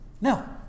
No